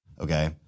Okay